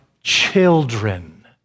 children